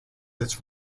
its